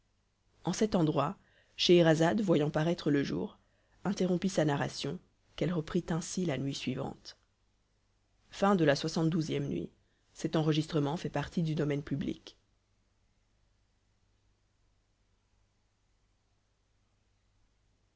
en cet endroit scheherazade voyant paraître le jour interrompit sa narration qu'elle reprit ainsi la nuit suivante lxxiii nuit